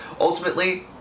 Ultimately